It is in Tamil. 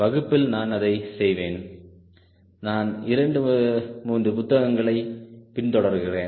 வகுப்பில் நான் அதை செய்வேன் நான் 2 3 புத்தகங்களை பின்தொடர்கிறேன்